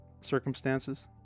circumstances